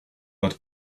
that